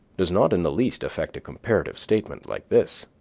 does not in the least affect a comparative statement like this.